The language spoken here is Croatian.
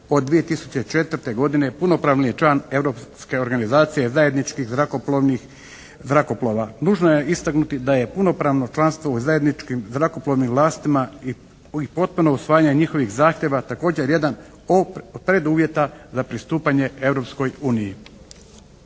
od 2004. godine punopravni je član Europske organizacije zajedničkih zrakoplova. Nužno je istaknuti da je punopravno članstvo u zajedničkim zrakoplovnim vlastima i potpuno usvajanje njihovih zahtjeva također jedan od preduvjeta za pristupanje Europskoj uniji.